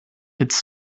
its